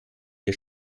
wir